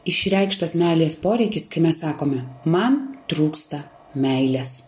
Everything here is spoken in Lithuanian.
išreikštas meilės poreikis kai mes sakome man trūksta meilės